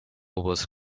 was